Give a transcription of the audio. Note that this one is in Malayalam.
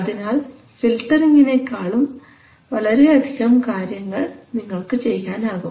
അതിനാൽ ഫിൽട്ടറിങ്ങിനെകാളും വളരെയധികം കാര്യങ്ങൾ നിങ്ങൾക്ക് ചെയ്യാനാകും